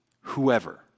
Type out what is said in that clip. whoever